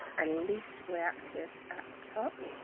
and least reactive at the top.